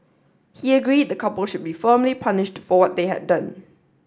he agreed the couple should be firmly punished for what they had done